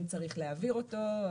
האם צריך להעביר אותו,